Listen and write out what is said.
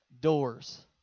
doors